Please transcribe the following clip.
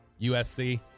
USC